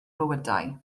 bywydau